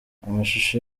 amashusho